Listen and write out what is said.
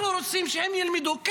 אנחנו רוצים שהם ילמדו כאן.